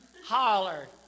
holler